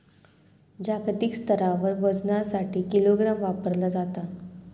जागतिक स्तरावर वजनासाठी किलोग्राम वापरला जाता